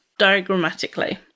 diagrammatically